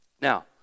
Now